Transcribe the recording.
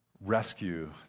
rescue